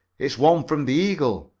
it's one from the eagle.